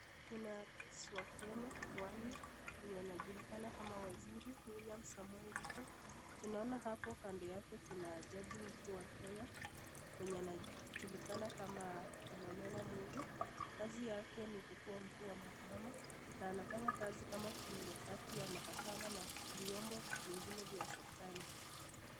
Kuna rais wa kenya, wa nne, mwenye anajulikana kama waziri William Samoei Ruto. Tunaona hapo kando yake kuna jaji mkuu wa Kenya mwenye anajulikana kama Philomena Mwilu, Kazi yake ni kukua mkuu wa mahakama na anafanya kazi kama kiungu kati ya mahakama na vyombo vingine vya serekali.